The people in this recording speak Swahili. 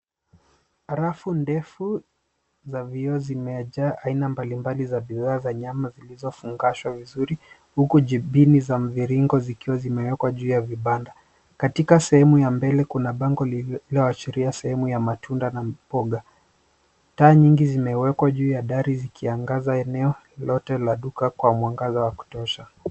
Rafu ndefu za vioo zimejaa aina mbalimbali za bidhaa za nyama zilizofungashwa vizuri, huku jibini za mviringo zikiwa zimewekwa juu ya vibanda. Katika sehemu ya mbele kuna bango lililoashiria sehemu ya matunda na mboga. Taa nyingi zimewekwa juu ya dari zikiangaza eneo lote la duka kwa mwangaza wa kutosha.